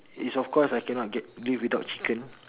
is of course I can not get live without chicken